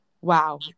wow